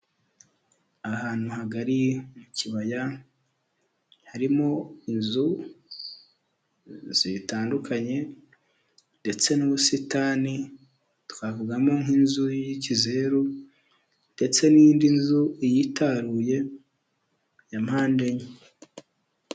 Ahantu hagari mu kibaya harimo inzu zitandukanye, ndetse n'ubusitani twavugamo nk'inzu y'ikizeru ndetse n'indi nzu yitaruye ya mpande enye.